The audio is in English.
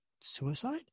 suicide